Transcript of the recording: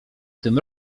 tym